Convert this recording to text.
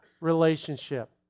relationship